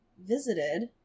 visited